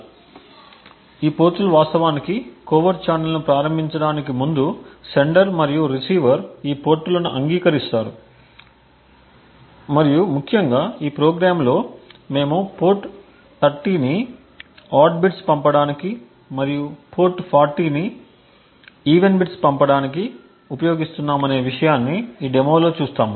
కాబట్టి ఈ పోర్టులు వాస్తవానికి కోవెర్ట్ ఛానెల్ను ప్రారంభించడానికి ముందు సెండర్ మరియు రిసీవర్ ఈ పోర్ట్లను అంగీకరిస్తారు మరియు ముఖ్యంగా మా ప్రోగ్రామ్లో మేము పోర్ట్ 30 ను ఆడ్ బిట్స్ పంపడానికి మరియు పోర్ట్ 40 ను ఈవెన్ బిట్స్ పంపడానికి ఉపయోగిస్తున్నామనే విషయాన్ని ఈ డెమో లో చూస్తాము